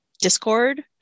discord